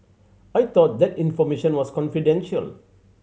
I thought that information was confidential